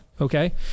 Okay